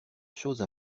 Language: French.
chose